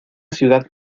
ciudad